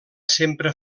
sempre